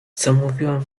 zamówiłam